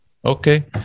okay